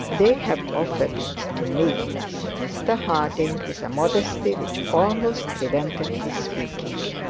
they have offered it to me said mr harding, with a modesty which almost prevented his speaking.